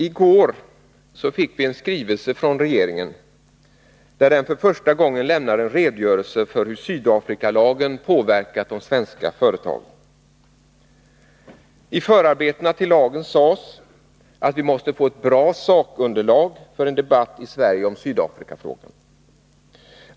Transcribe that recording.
I går fick vi en skrivelse från regeringen, där den för första gången lämnar en redogörelse för hur Sydafrikalagen påverkat de svenska företagen. I förarbetena till lagen sades att vi måste få ett bra sakunderlag för en debatt i Sverige om Sydafrikafrågan.